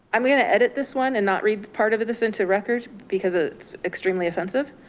i'm gonna edit this one and not read part of this entire record because it's extremely offensive.